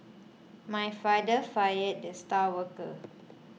my father fired the star worker